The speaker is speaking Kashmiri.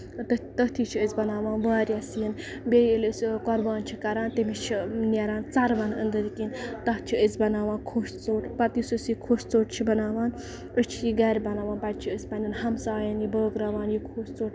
تٔتھی چھِ أسۍ بَناوان واریاہ سِنۍ بیٚیہِ ییٚلہِ أسۍ قۄربان چھِ کران تٔمِس چھ نیران ژَروَن أندرۍ کِنۍ تَتھ چھِ أسۍ بَناوان کھوٚش ژوٚٹ پَتہٕ یُس أسۍ یہ کھوٚش ژوٚٹ چھِ بَناوان أسۍ چھِ یہِ گرِ بَناوان پَتہٕ چھِ أسۍ یہِ پَنٕنین ہمساین بٲغراوان یہِ کھوٚش ژوٚٹ